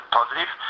positive